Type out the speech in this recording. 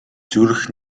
зүрх